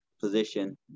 position